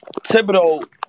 Thibodeau